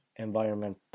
Environment